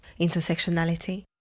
intersectionality